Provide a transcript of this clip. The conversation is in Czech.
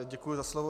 Děkuji za slovo.